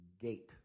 Gate